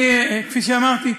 כפי שאמרתי,